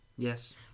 Yes